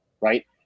right